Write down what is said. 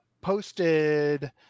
posted